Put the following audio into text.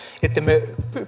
ettemme